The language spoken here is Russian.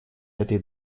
этой